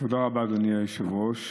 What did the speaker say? תודה רבה, אדוני היושב-ראש.